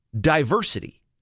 diversity